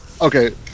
okay